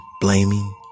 blaming